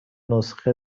نسخه